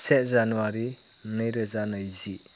से जानुवारि नैरोजा नैजि